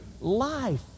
life